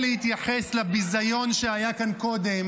להתייחס --- חבר הכנסת קריב,